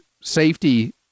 safety